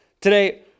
Today